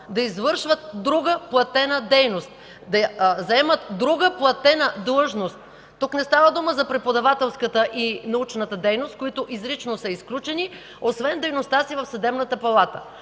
да извършват друга платена дейност, да заемат друга платена длъжност – тук не става дума за преподавателската и научната дейност, които изрично са изключени, освен дейността си в Сметната палата.